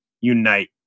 unite